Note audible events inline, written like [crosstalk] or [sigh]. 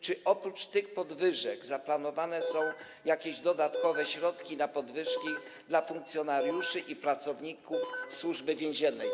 Czy oprócz tych podwyżek zaplanowane są [noise] jakieś dodatkowe środki na podwyżki dla funkcjonariuszy i pracowników Służby Więziennej?